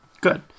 good